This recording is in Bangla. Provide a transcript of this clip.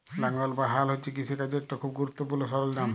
লাঙ্গল বা হাল হছে কিষিকাজের ইকট খুব গুরুত্তপুর্ল সরল্জাম